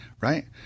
Right